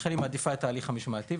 לכן היא מעדיפה את ההליך המשמעתי.